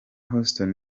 houston